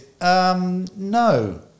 no